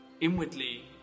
inwardly